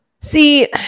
See